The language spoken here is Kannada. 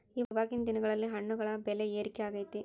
ಇವಾಗಿನ್ ದಿನಗಳಲ್ಲಿ ಹಣ್ಣುಗಳ ಬೆಳೆ ಏರಿಕೆ ಆಗೈತೆ